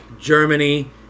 germany